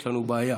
יש לנו בעיה.